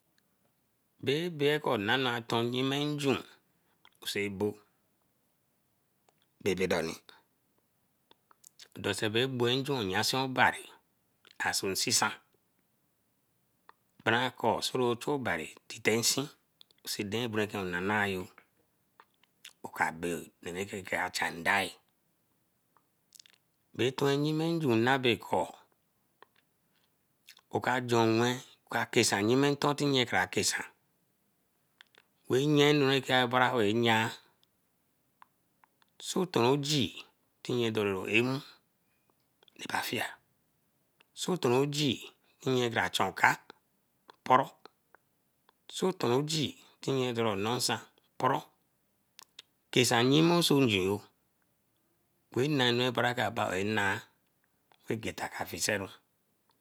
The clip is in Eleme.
Bae bie ko nana ton nyime nju kuse abo babee doni doso bo gboen nju yasin obari asinsisan baranko soro chu obari teten nsin, deren anu okananayo oka chan dei. Be toen yime nju name kor okajonwe okakesan yime tin nye kra kesan we yea anu a kara bae yae. So ton ogee tin nye dore emu, eba fie so ton ogee nye ka chan okai poroo soton ogee nye nosan, poroo kesan yimen so ngeo wa na enu e berekor ba na, egeta ka fiseru